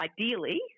ideally